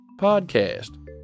podcast